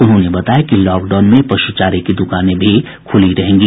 उन्होंने बताया कि लॉकडाउन में पशुचारे की दुकानें भी खुली रहेंगी